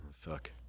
fuck